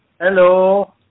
Hello